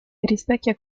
rispecchia